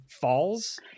falls